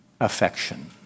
affection